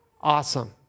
awesome